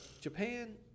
Japan